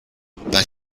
but